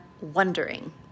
wondering